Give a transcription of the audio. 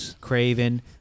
Craven